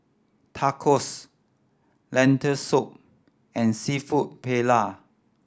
Tacos Lentil Soup and Seafood Paella